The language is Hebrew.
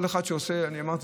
אמרתי,